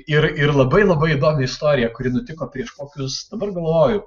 ir ir labai labai įdomi istorija kuri nutiko prieš kokius dabar galvoju